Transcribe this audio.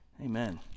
Amen